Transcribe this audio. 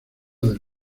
del